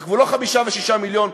אנחנו כבר לא 5 ו-6 מיליון.